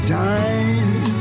time